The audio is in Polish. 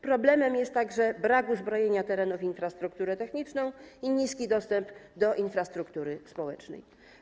Problemem jest także brak uzbrojenia terenów w infrastrukturę techniczną i niski dostęp do infrastruktury społecznej.